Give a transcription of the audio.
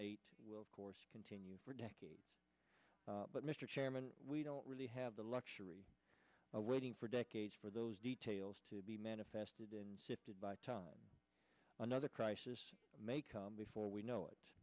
eight will course continue for decades but mr chairman we don't really have the luxury of waiting for decades for those details to be manifested and sifted by the time another crisis may come before we know it